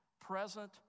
present